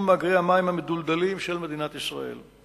מאגרי המים המדולדלים של מדינת ישראל.